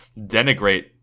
denigrate